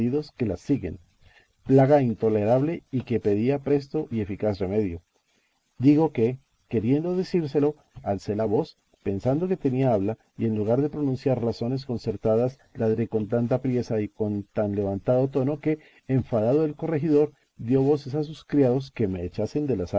que las siguen plaga intolerable y que pedía presto y eficaz remedio digo que queriendo decírselo alcé la voz pensando que tenía habla y en lugar de pronunciar razones concertadas ladré con tanta priesa y con tan levantado tono que enfadado el corregidor dio voces a sus criados que me echasen de la